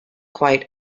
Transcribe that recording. quite